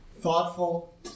thoughtful